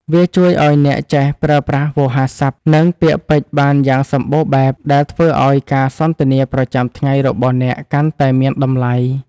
វាជួយឱ្យអ្នកចេះប្រើប្រាស់វោហារស័ព្ទ និងពាក្យពេចន៍បានយ៉ាងសម្បូរបែប ដែលធ្វើឱ្យការសន្ទនាប្រចាំថ្ងៃរបស់អ្នកកាន់តែមានតម្លៃ។